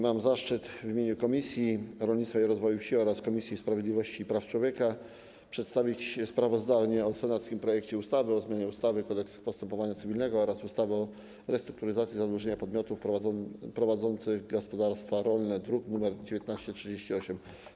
Mam zaszczyt w imieniu Komisji Rolnictwa i Rozwoju Wsi oraz Komisji Sprawiedliwości i Praw Człowieka przedstawić sprawozdanie o senackim projekcie ustawy o zmianie ustawy - Kodeks postępowania cywilnego oraz ustawy o restrukturyzacji zadłużenia podmiotów prowadzących gospodarstwa rolne, druk nr 1938.